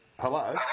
Hello